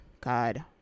god